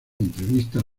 entrevistas